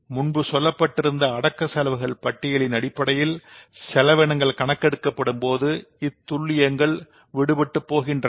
முன்பு சொல்லப்பட்டிருந்த அடக்க செலவுகள் பட்டியலின் அடிப்படையில் செலவினங்கள் கணக்கெடுக்கப்படும்போது இத்துல்லியங்கள் விடுபட்டுப் போகின்றன